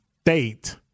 state